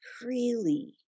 freely